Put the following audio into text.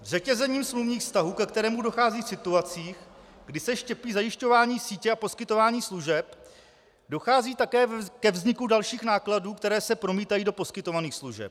Řetězením smluvních vztahů, ke kterému dochází v situacích, kdy se štěpí zajišťování sítě a poskytování služeb, dochází také ke vzniku dalších nákladů, které se promítají do poskytovaných služeb.